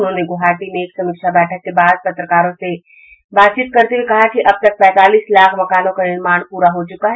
उन्होंने गुवाहाटी में एक समीक्षा बैठक के बाद पत्रकारों से कहा कि अब तक पैंतालीस लाख मकानों का निर्माण प्ररा हो चुका है